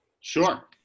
Sure